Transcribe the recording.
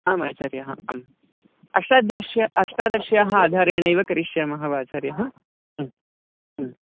आम् आचार्याः अष्टाद्यष्य अष्टादश्याः आधारेणैव करिष्यामः वा आचार्याः